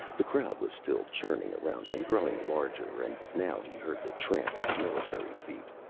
the crowd was still churning around him, growing larger, and now he heard the tramp of military feet.